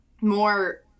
more